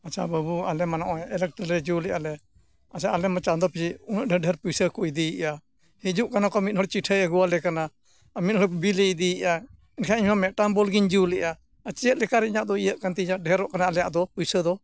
ᱟᱪᱷᱟ ᱵᱟᱹᱵᱩ ᱟᱞᱮᱢᱟ ᱱᱚᱜᱼᱚᱭ ᱮᱞᱮᱠᱴᱨᱤᱠ ᱡᱩᱞ ᱮᱫᱟᱞᱮ ᱟᱪᱪᱷᱟ ᱟᱞᱮᱢᱟ ᱪᱟᱸᱫᱳ ᱯᱤᱪᱷᱩ ᱩᱱᱟᱹᱜ ᱰᱷᱮᱨ ᱰᱷᱮᱨ ᱯᱩᱭᱥᱟᱹ ᱠᱚ ᱤᱫᱤᱭᱮᱜᱼᱟ ᱦᱤᱡᱩᱜ ᱠᱟᱱᱟ ᱠᱚ ᱢᱤᱫ ᱦᱚᱲ ᱪᱤᱴᱭ ᱟᱹᱜᱩᱭᱟᱞᱮ ᱠᱟᱱᱟ ᱟᱨ ᱢᱤᱫ ᱦᱚᱲ ᱵᱤᱞᱮ ᱤᱫᱤᱭᱮᱜᱼᱟ ᱮᱱᱠᱷᱟᱱ ᱤᱧᱦᱚᱸ ᱢᱤᱫᱴᱟᱝ ᱵᱚᱞᱜᱤᱧ ᱡᱩᱞᱮᱜᱼᱟ ᱟᱨ ᱪᱮᱫ ᱞᱮᱠᱟᱨᱮ ᱤᱧᱟᱹᱜ ᱫᱚ ᱤᱭᱟᱹᱜ ᱠᱟᱱᱛᱤᱧᱟ ᱰᱷᱮᱨᱚᱜ ᱠᱟᱱᱟ ᱟᱞᱮᱭᱟᱜ ᱫᱚ ᱯᱩᱭᱥᱟᱹ ᱫᱚ